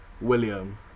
William